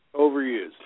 Overused